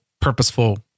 purposeful